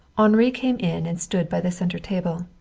henri came in and stood by the center table.